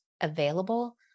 available